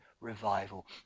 revival